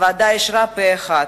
הוועדה אישרה פה אחד,